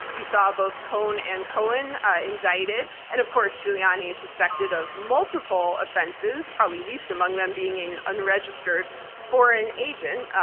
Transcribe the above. you saw both cohn and cohen indicted and of course, giuliani is suspected of multiple offenses, probably least among them being an unregistered foreign agent.